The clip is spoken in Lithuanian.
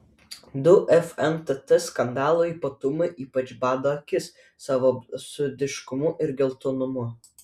du fntt skandalo ypatumai ypač bado akis savo absurdiškumu ir geltonumu